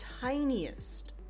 tiniest